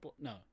no